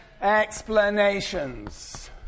explanations